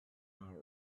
are